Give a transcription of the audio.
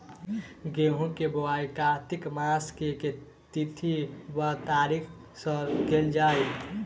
गेंहूँ केँ बोवाई कातिक मास केँ के तिथि वा तारीक सँ कैल जाए?